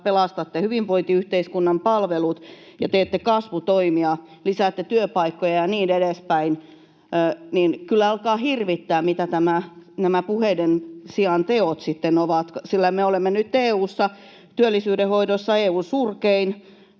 pelastatte hyvinvointiyhteiskunnan palvelut ja teette kasvutoimia, lisäätte työpaikkoja ja niin edespäin, niin kyllä alkaa hirvittää, mitä näiden puheiden sijaan teot sitten ovat. Me olemme nyt EU:ssa työllisyyden hoidossa EU:n surkein.